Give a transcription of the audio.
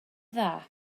dda